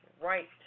right